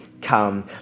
come